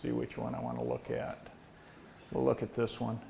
see which one i want to look at look at this one